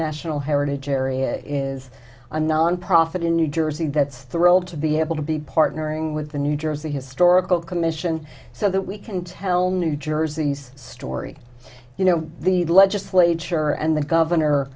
national heritage area is a nonprofit in new jersey that's thrilled to be able to be partnering with the new jersey historical commission so that we can tell new jersey's story you know the legislature and the governor